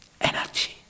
energy